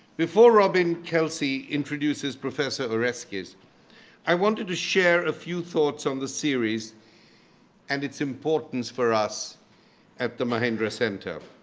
before robin kelsey introduces professor oreskes, i wanted to share a few thoughts on the series and its importance for us at the mahindra center.